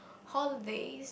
holidays